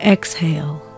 Exhale